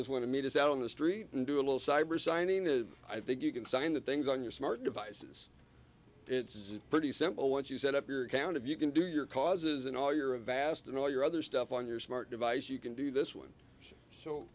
just want to meet us out on the street and do a little cyber signing is i think you can sign that things on your smart devices it's pretty simple once you set up your account if you can do your causes and all your avast and all your other stuff on your smart device you can do this one so